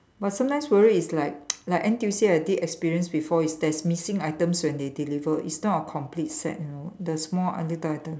but sometimes worry is like like N_T_U_C I did experience before is there's missing items when they deliver it's not a complete set you know the small little item